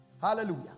Hallelujah